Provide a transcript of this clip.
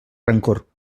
rancor